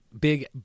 Big